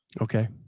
Okay